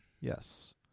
Yes